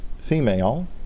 female